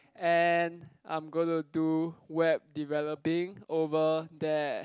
and I'm gonna do web developing over there